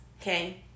Okay